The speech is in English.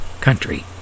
country